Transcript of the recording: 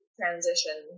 transition